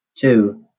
Two